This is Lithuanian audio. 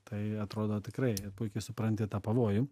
tai atrodo tikrai puikiai supranti tą pavojų